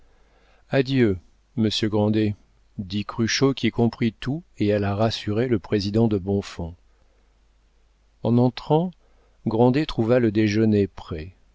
adieu monsieur grandet dit cruchot qui comprit tout et alla rassurer le président de bonfons en entrant grandet trouva le déjeuner prêt